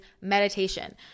meditation